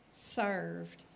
served